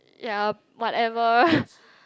ya whatever